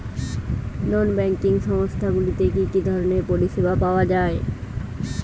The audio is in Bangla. নন ব্যাঙ্কিং সংস্থা গুলিতে কি কি ধরনের পরিসেবা পাওয়া য়ায়?